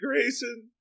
Grayson